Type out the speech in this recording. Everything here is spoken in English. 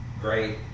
great